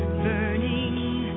burning